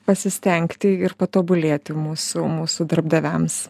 pasistengti ir patobulėti mūsų mūsų darbdaviams